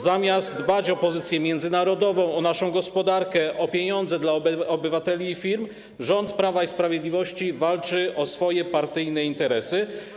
Zamiast dbać o pozycję międzynarodową, o naszą gospodarkę, o pieniądze dla obywateli i firm rząd Prawa i Sprawiedliwości walczy o swoje partyjne interesy.